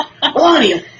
Melania